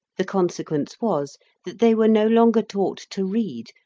the consequence was that they were no longer taught to read,